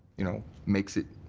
you know, makes it